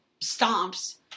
stomps